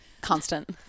constant